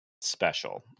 special